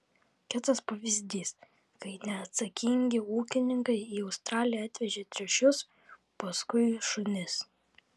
kitas pavyzdys kai neatsakingi ūkininkai į australiją atvežė triušius paskui šunis